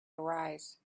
arise